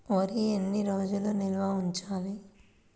వరి ఎన్ని రోజులు నిల్వ ఉంచాలి?